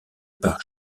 par